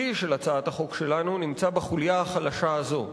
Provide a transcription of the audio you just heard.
של הצעת החוק שלנו נמצא בחוליה החלשה הזאת,